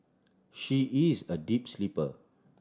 she is a deep sleeper